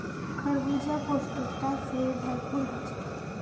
खरबूजा पौष्टिकता से भरपूर होछे